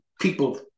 people